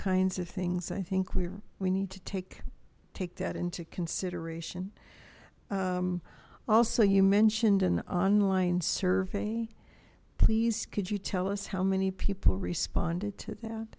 kinds of things i think we we need to take take that into consideration also you mentioned an on line survey please could you tell us how many people responded to